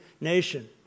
nation